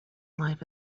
life